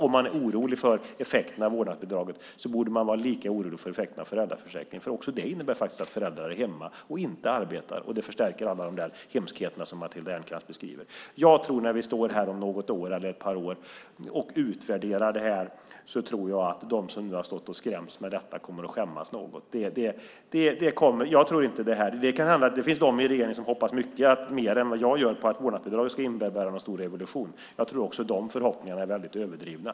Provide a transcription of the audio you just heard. Om man är orolig för effekterna av vårdnadsbidraget borde man vara lika orolig för effekterna av föräldraförsäkringen, för också det innebär att föräldrar är hemma och inte arbetar. Det förstärker alla de där hemskheterna som Matilda Ernkrans beskriver. När vi står här om ett par år och utvärderar vårdnadsbidraget tror jag att de som har skrämts med detta kommer att skämmas något. Det finns de i regeringen som hoppas mycket mer än vad jag gör på att vårdnadsbidraget ska innebära en stor revolution. Jag tror att också de förhoppningarna är väldigt överdrivna.